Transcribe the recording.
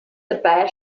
dabei